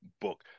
book